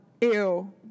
Ew